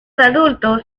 adultos